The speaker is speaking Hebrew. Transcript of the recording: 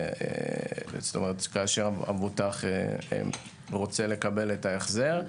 כאשר המבוטח רוצה לקבל את ההחזר,